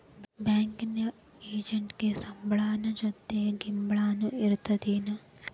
Banking ಎಜೆಂಟಿಗೆ ಸಂಬ್ಳದ್ ಜೊತಿ ಗಿಂಬ್ಳಾನು ಇರ್ತದೇನ್?